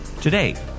Today